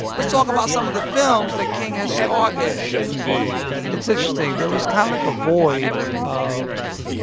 let's talk about some of the films that king has starred in yes, indeed it's interesting. there was kind of, like, a void of